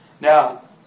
Now